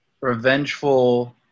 revengeful